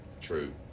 true